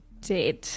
dead